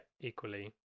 equally